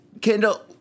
Kendall